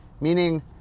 meaning